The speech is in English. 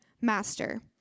Master